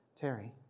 Terry